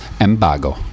Embargo